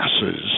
masses